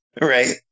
Right